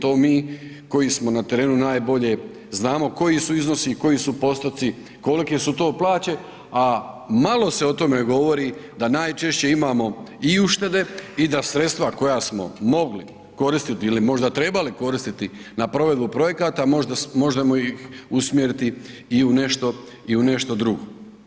To mi koji smo na terenu najbolje znamo, koji su iznosi, koji su postotci, kolike su to plaće, a malo se o tome govori da najčešće imaju i uštede i da sredstva koja smo mogli koristiti ili možda trebali koristiti na provedbu projekata, možda možemo ih usmjeriti i u nešto drugo.